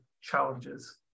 challenges